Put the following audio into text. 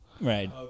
right